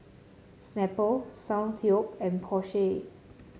Snapple Soundteoh and Porsche